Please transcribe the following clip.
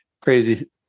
crazy